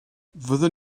fyddwn